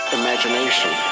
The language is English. imagination